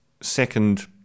second